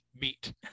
meat